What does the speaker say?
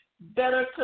Better